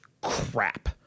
crap